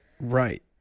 right